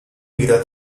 wieder